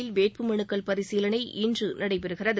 நடைபெறும் வேட்புமனுக்கள் பரிசீலனை இன்று நடைபெறுகிறது